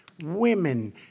women